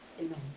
Amen